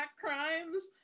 crimes